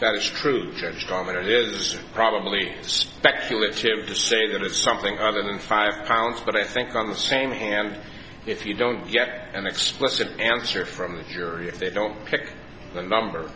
that's true church common it is probably speculative to say that it's something other than five pounds but i think on the same hand if you don't get an explicit answer from the jury if they don't pick the number